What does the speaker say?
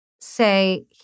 say